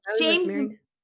james